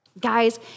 Guys